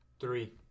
Three